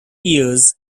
years